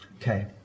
Okay